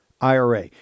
IRA